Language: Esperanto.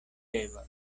revas